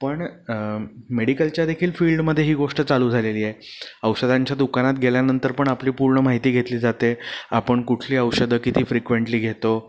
पण मेडिकलच्या देखील फील्डमध्ये ही गोष्ट चालू झालेली आहे औषधांच्या दुकानात गेल्यानंतर पण आपली पूर्ण माहिती घेतली जाते आपण कुठली औषधं किती फ्रिक्वेंटली घेतो